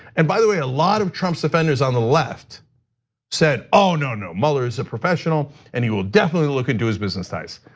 and by the way, a lot of trump's defenders on the left said no, no, mueller's a professional and he will definitely look into his business ties.